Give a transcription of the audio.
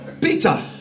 Peter